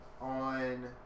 on